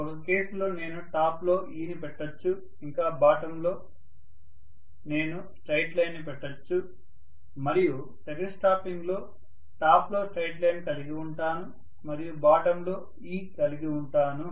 ఒక కేస్ లో నేను టాప్ లో E ని పెట్టొచ్చు ఇంకా బాటమ్ లో నేను స్ట్రెయిట్ లైన్ ని పెట్టొచ్చు మరియు సెకండ్ స్టాంపింగ్ లో టాప్ లో స్ట్రెయిట్ లైన్ కలిగి వుంటాను మరియు బాటమ్ లో E కలిగి ఉంటాను